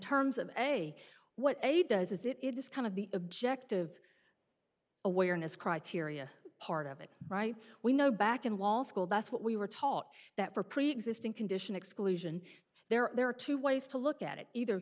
terms of a what a does is it is kind of the objective awareness criteria part of it right we know back in law school that's what we were taught that for preexisting condition exclusion there are two ways to look at it either